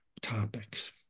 topics